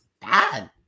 bad